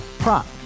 Prop